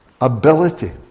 ability